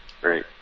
Great